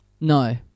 No